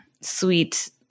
sweet